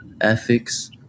ethics